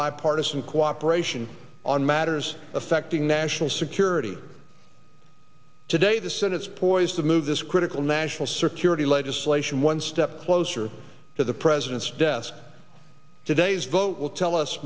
bipartisan cooperation on matters affecting national security today the senate is poised to move this critical national search era the legislation one step closer to the president's desk today's vote will tell us